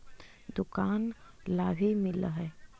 दुकान ला भी मिलहै?